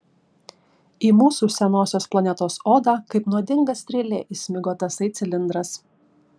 į mūsų senosios planetos odą kaip nuodinga strėlė įsmigo tasai cilindras